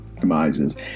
demises